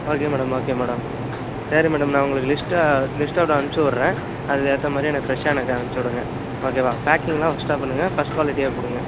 okay madam okay madam சரி madam நான் உங்களுக்கு லிஸ்ட்டை லிஸ்டோடு அனுப்புச்சி விட்றேன் அதுக்கேற்ற மாதிரி எனக்கு ஃப்ரெஷ்ஷாக எனக்கு அனுப்புச்சி விடுங்க ஓகேவா பேக்கிங்லாம் பெஸ்ட்டாக பண்ணுங்க ஃபஸ்ட் குவாலிட்டியாக கொடுங்க